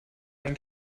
ein